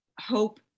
hope